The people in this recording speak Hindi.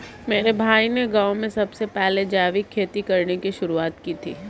मेरे भाई ने गांव में सबसे पहले जैविक खेती करने की शुरुआत की थी